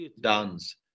dance